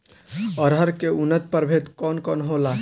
अरहर के उन्नत प्रभेद कौन कौनहोला?